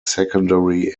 secondary